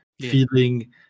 feeling